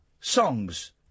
songs